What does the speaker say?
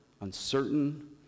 uncertain